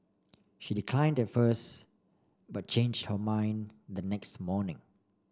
she decline at first but change her mind the next morning